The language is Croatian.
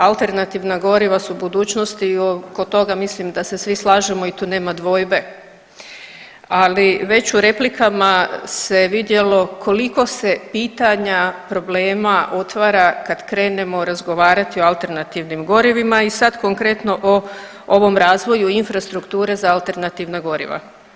Alternativna goriva su budućnost i oko toga mislim da se svi slažemo i tu nema dvojbe, ali već u replikama se vidjelo koliko se pitanja i problema otvara kad krenemo razgovarati o alternativnim gorivima i sad konkretno o ovom razvoju infrastrukture za alternativna goriva.